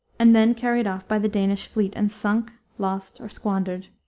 and then carried off by the danish fleet and sunk, lost, or squandered.